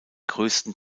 größten